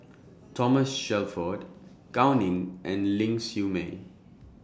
Thomas Shelford Gao Ning and Ling Siew May